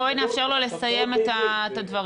בואי נאפשר לו לסיים את הדברים.